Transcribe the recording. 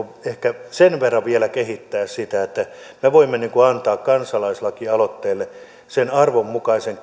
ehkä sen verran vielä kehittää sitä että me voimme antaa kansalaislakialoitteelle sen arvon mukaisen